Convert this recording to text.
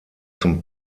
zum